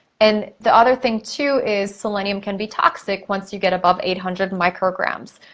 and the other thing too, is selenium can be toxic once you get above eight hundred micrograms.